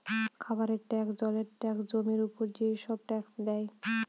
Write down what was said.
খাবারের ট্যাক্স, জলের ট্যাক্স, জমির উপর যেসব ট্যাক্স দেয়